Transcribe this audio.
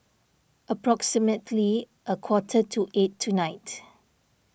approximately a quarter to eight tonight